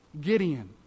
Gideon